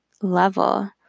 level